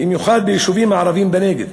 במיוחד ביישובים הערביים בנגב.